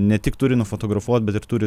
ne tik turi nufotografuot bet ir turi